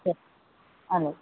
సరే అలాగే